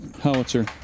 howitzer